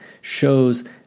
shows